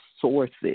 Sources